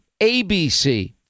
ABC